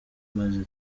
maze